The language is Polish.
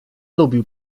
lubił